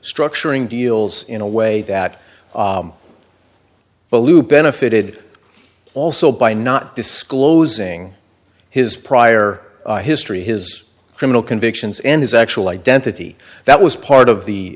structuring deals in a way that bolu benefited also by not disclosing his prior history his criminal convictions and his actual identity that was part of the